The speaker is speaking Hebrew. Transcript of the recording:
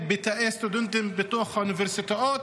בתאי הסטודנטים בתוך האוניברסיטאות,